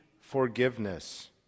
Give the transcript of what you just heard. forgiveness